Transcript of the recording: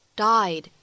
died